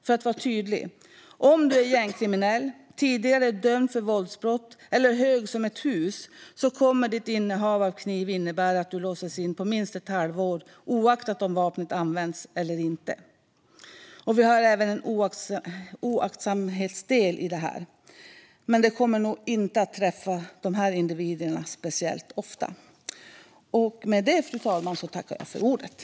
För att vara tydlig: Om du är gängkriminell, tidigare dömd för våldsbrott eller hög som ett hus kommer ditt innehav av kniv att innebära att du låses in minst i ett halvår, oavsett om vapnet har använts eller inte. Det finns även en oaktsamhetsdel i detta, men den kommer nog inte träffa dessa individer speciellt ofta.